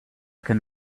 can